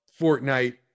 Fortnite